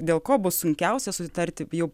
dėl ko bus sunkiausia susitarti jau